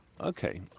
okay